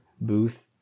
booth